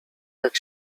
jak